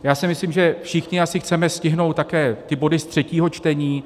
Já si myslím, že všichni asi chceme stihnout také ty body z třetího čtení.